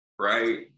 Right